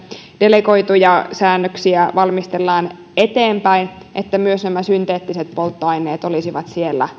delegoituja säännöksiä valmistellaan eteenpäin myös nämä synteettiset polttoaineet olisivat